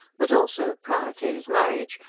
but also, prior to his marriage,